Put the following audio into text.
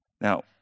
Now